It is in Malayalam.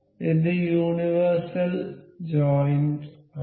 ഇത് യൂണിവേഴ്സൽ ജോയിന്റ് ആണ്